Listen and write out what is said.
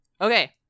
Okay